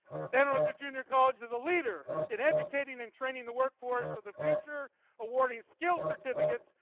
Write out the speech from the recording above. santa rosa junior college is a leader in educating and training the workforce so the future awarding skill certificates,